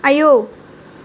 आयौ